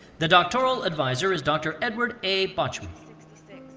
the doctoral advisor is dr. edward a. botchwey.